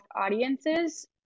audiences